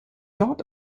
dort